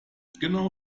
genau